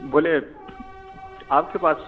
بولیے آپ کے پاس